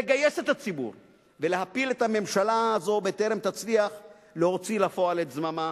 לגייס את הציבור ולהפיל את הממשלה הזו בטרם תצליח להוציא לפועל את זממה